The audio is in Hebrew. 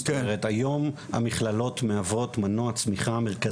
זאת אומרת היום המכללות מהוות מנוע צמחיה מרכזי,